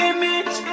Image